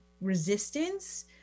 resistance